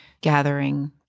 gathering